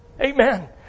Amen